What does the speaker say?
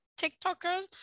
TikTokers